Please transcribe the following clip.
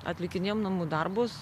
atlikinėjom namų darbus